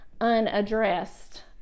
unaddressed